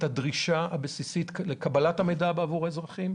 הדרישה הבסיסית לקבלת המידע בעבור האזרחים.